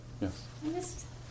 Yes